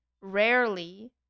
rarely